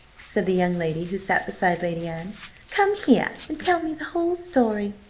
said the young lady who sat beside lady anne come here and tell me the whole story.